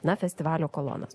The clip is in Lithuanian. na festivalio kolonos